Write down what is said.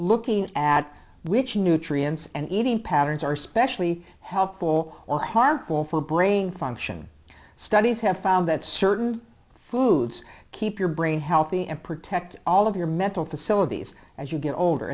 looking at which nutrients and eating patterns are specially helpful or harmful for brain function studies have found that certain foods keep your brain healthy and protect all of your mental facilities as you get older